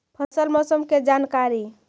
फसल मौसम के जानकारी?